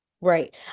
Right